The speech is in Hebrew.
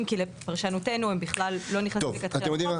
כי לפרשנותנו הם בכלל לא נכנסים לקטגוריה --- אתם יודעים מה,